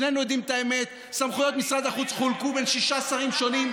שנינו יודעים את האמת: סמכויות משרד החוץ חולקו בין שישה שרים שונים,